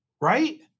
right